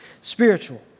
spiritual